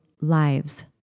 lives